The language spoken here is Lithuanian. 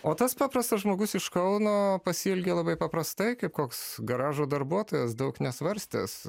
o tas paprastas žmogus iš kauno pasielgė labai paprastai kaip koks garažo darbuotojas daug nesvarstęs